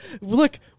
Look